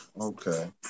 okay